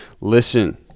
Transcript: Listen